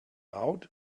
out